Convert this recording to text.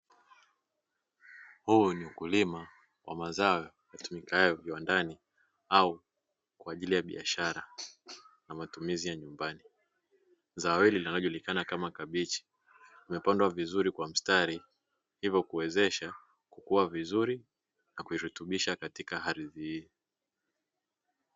Huyu ni mkulima wa mazao yatumikayo viwandani au kwa ajili ya biashara na matumizi nyumbani. Zao hili linalojulikana kama kabichi limepandwa vizuri kwa mstari hivyo kuwezesha kukua vizuri na kuirutubisha katika ardhi hii.